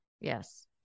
Yes